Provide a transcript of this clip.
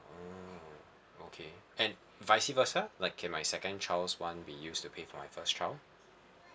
oh okay and vice versa like can my second child's one be used to pay for my first child